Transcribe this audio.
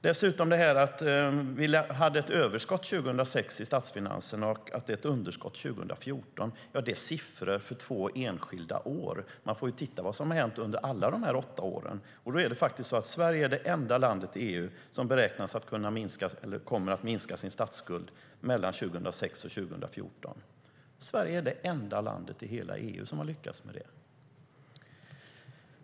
Det sägs att vi hade ett överskott i statsfinanserna 2006 och att det är ett underskott 2014. Det är siffror för två enskilda år. Men man får titta på vad som har hänt under alla dessa åtta år. Då är det faktiskt så att Sverige är det enda landet i EU som kommer att minska sin statsskuld mellan 2006 och 2014. Sverige är det enda landet i hela EU som har lyckats med det.